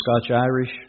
Scotch-Irish